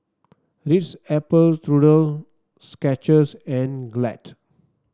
Ritz Apple Skechers and Glad